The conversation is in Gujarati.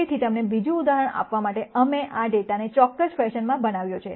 તેથી તમને બીજું ઉદાહરણ આપવા માટે અમે આ ડેટાને ચોક્કસ ફેશનમાં બનાવ્યો છે